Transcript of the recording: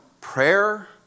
prayer